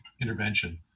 intervention